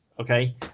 okay